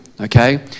Okay